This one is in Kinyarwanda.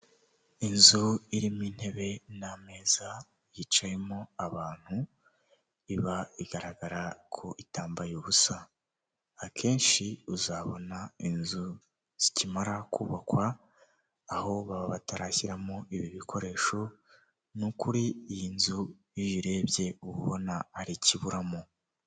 Inzu irimo intebe n'ameza yicayemo abantu, iba igaragara ko itambaye ubusa, akenshi uzabona inzu zikimara kubakwa, aho baba batarashyiramo ibi bikoresho, nukuri iyi nzu iyo uyirebye uba ubona hari ikiburamo.